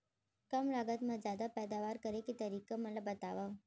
कम लागत मा जादा पैदावार करे के तरीका मन ला बतावव?